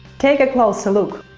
take a closer look.